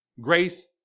Grace